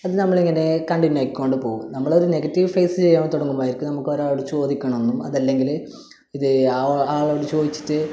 അത് നമ്മൾ ഇങ്ങനെ കണ്ടിന്യൂ ആയിക്കൊണ്ട് പോകും നമ്മളൊരു നെഗറ്റീവ് ഫേസ് ചെയ്യാൻ തുടങ്ങുമ്പോൾ ആയിരിക്കും നമുക്ക് ഒരാളോട് ചോദിക്കണമെന്നും അതല്ലെങ്കിൽ ഇത് ആ ആളോട് ചോദിച്ചിട്ട്